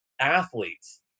athletes